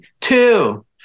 two